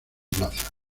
plaza